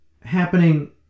happening